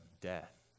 death